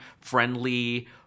friendly